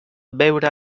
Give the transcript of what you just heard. veure